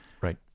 right